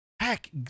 Heck